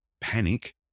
panic